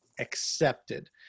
accepted